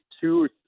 two